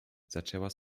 zaczęła